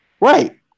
right